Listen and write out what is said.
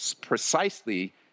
precisely